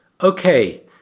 Okay